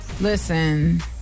Listen